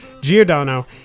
Giordano